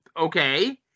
okay